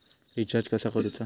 Recharge कसा करूचा?